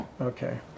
okay